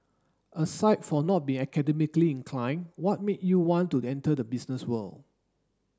aside from not being academically inclined what made you want to enter the business world